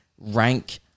rank